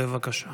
בבקשה.